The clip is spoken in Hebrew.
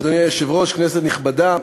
אדוני היושב-ראש, כנסת נכבדה,